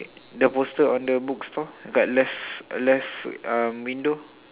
the poster on the book store got left left uh window